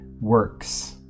works